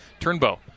Turnbow